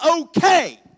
okay